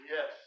Yes